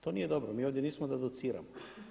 To nije dobro, mi ovdje nismo da dociramo.